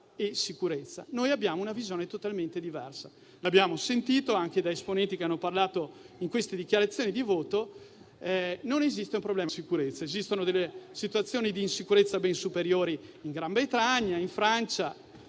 e sicurezza. Noi abbiamo una visione totalmente diversa. Come abbiamo sentito anche da esponenti intervenuti in queste dichiarazioni di voto, non esiste un problema sicurezza ed esistono situazioni di insicurezza ben superiori in Gran Bretagna e Francia.